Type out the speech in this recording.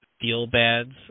feel-bads